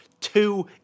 Two